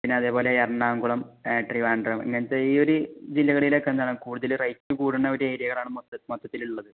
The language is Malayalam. പിന്നെ അതേപോലെ എറണാകുളം ട്രിവാൻഡ്രം ഇങ്ങനത്തെ ഈ ഒരു ജില്ലകളിലൊക്കെ എന്താണ് കൂടുതലും റേറ്റ് കൂടണത് ഒരു ഏരിയകളാണ് മൊത്തം മൊത്തത്തിലുള്ളത്